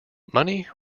money